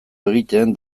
egiten